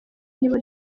nibo